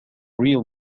real